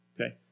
Okay